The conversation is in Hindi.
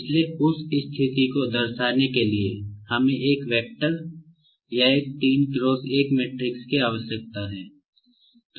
इसलिए उस स्थिति को दर्शाने के लिए हमें एक वेक्टर या एक 3 × 1 मैट्रिक्स की आवश्यकता है